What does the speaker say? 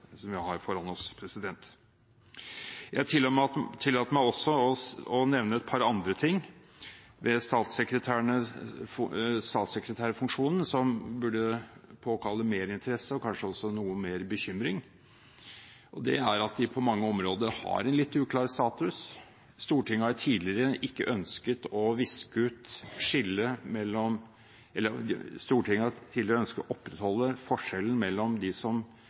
vi har foran oss. Jeg tillater meg også å nevne et par andre ting ved statssekretærfunksjonen som burde påkalle mer interesse og kanskje også noe bekymring. Det er at de på mange områder har en litt uklar status. Stortinget har tidligere ønsket å opprettholde forskjellen mellom statsrådene, som er ansvarlige for det de sier i denne sal, og statssekretærene, samtidig som